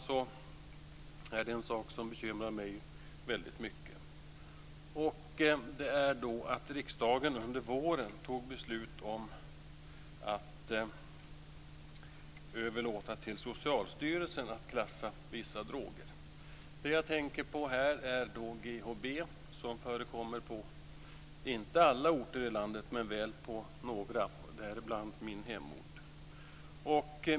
Sedan är det en sak som bekymrar mig väldigt mycket, och det är att riksdagen under våren fattade beslut om att överlåta till Socialstyrelsen att klassificera vissa droger. Det som jag tänker på är GHB som förekommer, inte på alla orter i landet men väl på några, däribland min hemort.